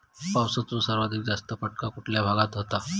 पावसाचा सर्वाधिक जास्त फटका कुठल्या भागात होतो?